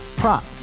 prop